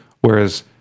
Whereas